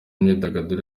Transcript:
imyigaragambyo